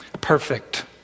perfect